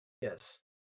yes